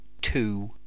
two